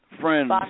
friends